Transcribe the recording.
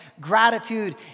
gratitude